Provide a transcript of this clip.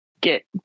get